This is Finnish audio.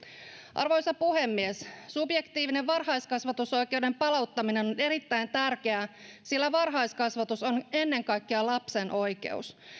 arvoisa puhemies subjektiivisen varhaiskasvatusoikeuden palauttaminen on on erittäin tärkeää sillä varhaiskasvatus on ennen kaikkea lapsen oikeus